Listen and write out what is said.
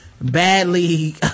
badly